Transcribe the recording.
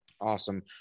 Awesome